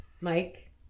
Mike